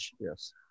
Yes